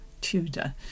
Tudor